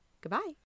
Goodbye